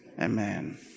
Amen